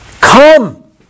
Come